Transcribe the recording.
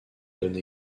donne